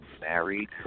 married